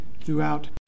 throughout